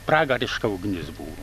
pragariška ugnis buvo